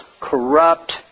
corrupt